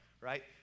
right